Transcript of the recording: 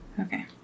Okay